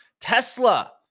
tesla